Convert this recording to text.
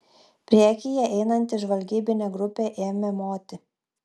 priekyje einanti žvalgybinė grupė ėmė moti